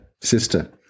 sister